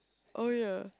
oh ya